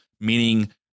meaning